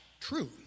true